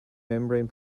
membrane